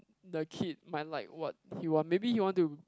the kid might like what he want maybe he want to